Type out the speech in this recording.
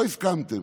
לא הסכמתם.